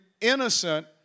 innocent